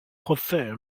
procès